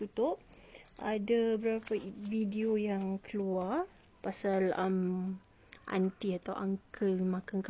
ada berapa video yang keluar pasal auntie uncle kat luar